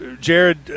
Jared